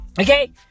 Okay